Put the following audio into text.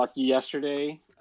yesterday